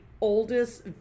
oldest